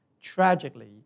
Tragically